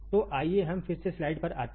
तो आइये हम फिर से स्लाइड पर आते हैं